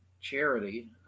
Charity